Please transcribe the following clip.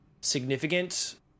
significant